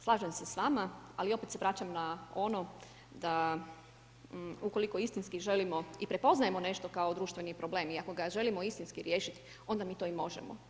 Slažem se s vama, ali opet se vraćam na ono da ukoliko istinski želimo i prepoznajemo nešto kao društveni problem i ako ga želimo istinski riješit, onda mi to i možemo.